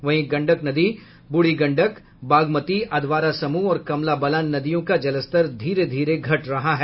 वहीं गंडक ब्रूढ़ी गंडक बागमती अधवारा समूह और कमला बलान नदियों का जलस्तर धीरे घीरे घट रहा है